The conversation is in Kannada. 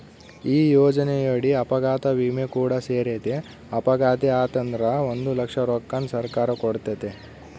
ಈ ಯೋಜನೆಯಡಿ ಅಪಘಾತ ವಿಮೆ ಕೂಡ ಸೇರೆತೆ, ಅಪಘಾತೆ ಆತಂದ್ರ ಒಂದು ಲಕ್ಷ ರೊಕ್ಕನ ಸರ್ಕಾರ ಕೊಡ್ತತೆ